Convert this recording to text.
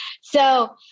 So-